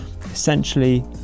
essentially